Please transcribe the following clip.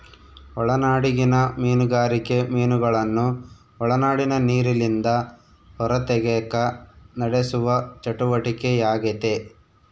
ಒಳನಾಡಿಗಿನ ಮೀನುಗಾರಿಕೆ ಮೀನುಗಳನ್ನು ಒಳನಾಡಿನ ನೀರಿಲಿಂದ ಹೊರತೆಗೆಕ ನಡೆಸುವ ಚಟುವಟಿಕೆಯಾಗೆತೆ